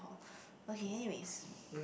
okay anyways